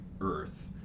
earth